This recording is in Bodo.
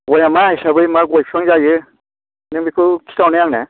गया मा हिसाबै मा गय बिफां जायो नों बेखौ खिथाहरनाय आंनो